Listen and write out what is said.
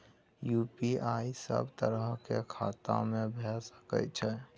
UPI सब तरह के खाता में भय सके छै?